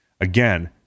Again